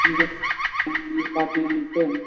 यह बात मानते हैं